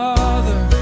Father